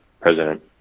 President